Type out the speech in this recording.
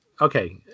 okay